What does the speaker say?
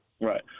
Right